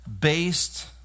based